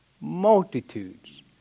multitudes